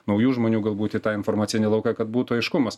naujų žmonių galbūt į tą informacinį lauką kad būtų aiškumas